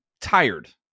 tired